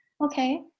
Okay